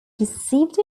deceived